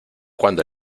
cuando